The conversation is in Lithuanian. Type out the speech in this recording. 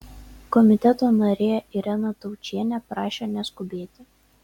komiteto narė irena taučienė prašė neskubėti